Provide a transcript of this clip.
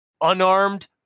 unarmed